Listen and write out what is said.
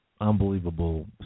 unbelievable